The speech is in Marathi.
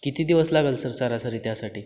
किती दिवस लागेल सर सरासरी त्यासाठी